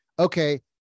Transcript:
Okay